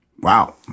Wow